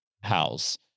house